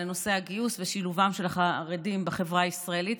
נושא הגיוס ושילובם של החרדים בחברה הישראלית,